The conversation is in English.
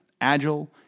agile